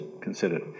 considered